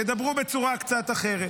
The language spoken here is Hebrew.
ידברו בצורה קצת אחרת.